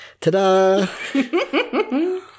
Ta-da